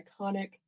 iconic